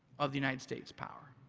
of the united states power.